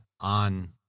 on